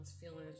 feelings